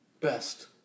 best